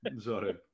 Sorry